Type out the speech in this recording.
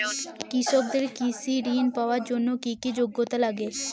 কৃষকদের কৃষি ঋণ পাওয়ার জন্য কী কী যোগ্যতা লাগে?